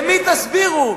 למי תסבירו,